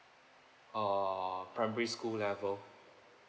uh primary school level